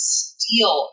steal